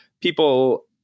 people